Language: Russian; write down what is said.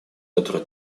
который